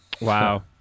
Wow